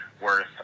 worth